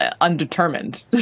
undetermined